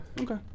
Okay